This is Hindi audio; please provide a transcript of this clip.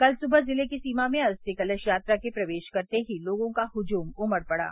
कल सुबह जिले की सीमा में अस्थि कलश यात्रा के प्रवेश करते ही लोगों का हुजूम उमड़ पड़ा